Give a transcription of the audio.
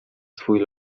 swój